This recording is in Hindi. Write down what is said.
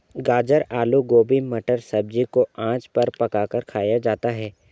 गाजर आलू गोभी मटर सब्जी को आँच पर पकाकर खाया जाता है